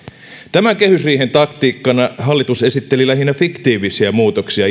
tämän kehysriihen taktiikkana hallitus esitteli irtisanomissuojaan lähinnä fiktiivisiä muutoksia